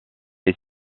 est